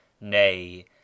nay